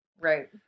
Right